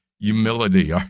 humility